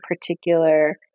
particular